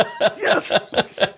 Yes